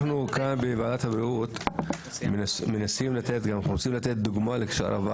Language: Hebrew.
אם זה רק עניין ניסוחי- -- הוא מופיע בהקדמה והוא